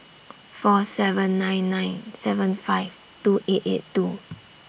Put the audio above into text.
four seven nine nine seven five two eight eight two